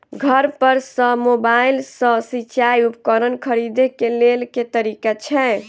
घर पर सऽ मोबाइल सऽ सिचाई उपकरण खरीदे केँ लेल केँ तरीका छैय?